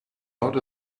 not